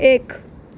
એક